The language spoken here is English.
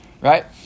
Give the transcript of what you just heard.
right